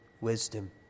wisdom